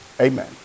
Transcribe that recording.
Amen